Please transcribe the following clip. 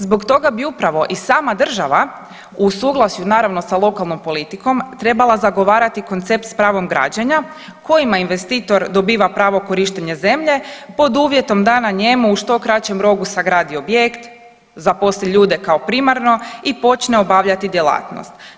Zbog toga bi upravo i sama država u suglasju naravno sa lokalnom politikom trebala zagovarati koncept s pravom građenja kojima investitor dobiva pravo korištenja zemlje pod uvjetom da na njemu u što kraćem roku sagradi objekt, zaposli ljude kao primarno i počne obavljati djelatnost.